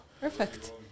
perfect